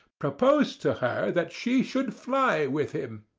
proposed to her that she should fly with him.